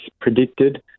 predicted